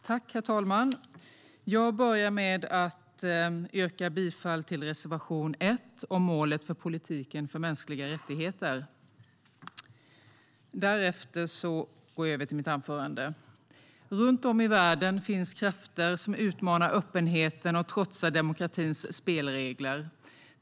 Herr talman! Jag vill börja med att yrka bifall till reservation 1 om målet för politiken för mänskliga rättigheter. Runt om i världen finns krafter som utmanar öppenheten och trotsar demokratins spelregler.